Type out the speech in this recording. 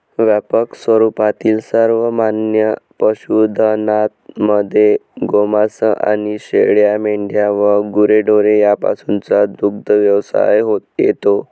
व्यापक स्वरूपातील सर्वमान्य पशुधनामध्ये गोमांस आणि शेळ्या, मेंढ्या व गुरेढोरे यापासूनचा दुग्धव्यवसाय येतो